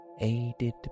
Aided